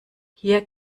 hier